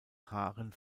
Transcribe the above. haaren